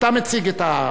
אתה מציג.